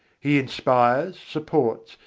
he inspires, supports,